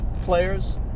players